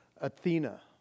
Athena